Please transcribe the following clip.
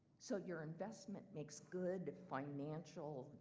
so your investment makes good, financial,